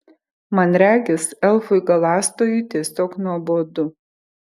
man regis elfui galąstojui tiesiog nuobodu